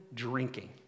drinking